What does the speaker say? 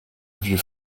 vieux